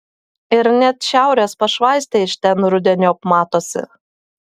ir net šiaurės pašvaistė iš ten rudeniop matosi